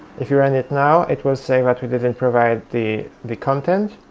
if we run it now, it will say that we didn't provide the the content,